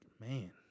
man